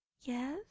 Yes